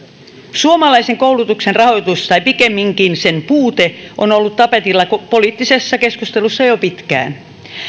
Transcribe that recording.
suomalaisen koulutuksen rahoitus tai pikemminkin sen puute on ollut tapetilla poliittisessa keskustelussa jo pitkään